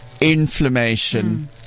inflammation